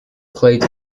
clade